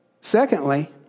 Secondly